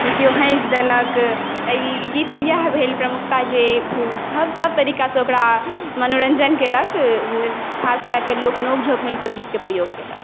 केओ हँसि देलक ई गीतकेँ इयाह भेल प्रमुखता जे सभ सभ तरिकासँ ओकरा मनोरञ्जन केलक खास कऽ कऽ लोक नोक झोक सभमे ई गीतकेँ प्रयोग केलक